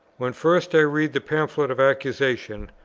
when first i read the pamphlet of accusation,